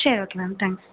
சரி okay ma'am thanks